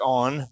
on